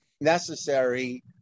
necessary